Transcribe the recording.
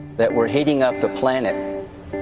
that we're heating up the planet.